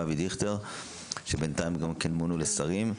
חה"כ אבי דיכטר שבינתיים גם כן מונו לשרים.